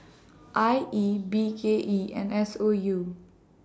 I E B K E and S O U